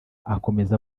akomeza